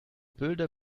builder